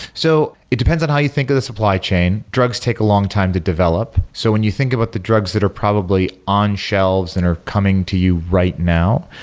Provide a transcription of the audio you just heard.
so it depends on how you think of the supply chain. drugs take a long time to develop. so when you think about the drugs that are probably on shelves and are coming to you right now,